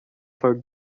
for